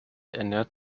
ernährt